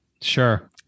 sure